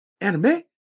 Anime